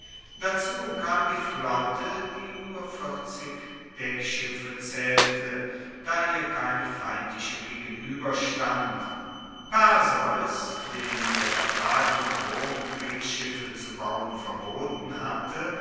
dazu kam die flotte die nur deckschiffe zaehlte da ihr keine feindliche gegenueberstand perseus dem der vertrag mit rom kriegsschiffe zu bauen verboten hatte